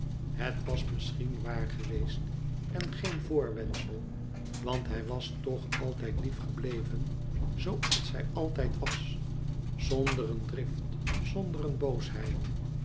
het was misschien waar geweest en geen voorwendsel want hij was toch altijd lief gebleven zoo als hij altijd was zonder een drift zonder een boosheid